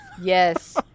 Yes